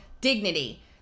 dignity